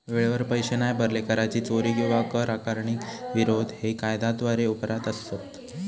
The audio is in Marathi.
वेळेवर पैशे नाय भरले, कराची चोरी किंवा कर आकारणीक विरोध हे कायद्याद्वारे अपराध असत